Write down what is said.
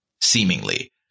seemingly